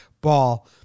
Ball